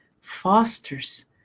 fosters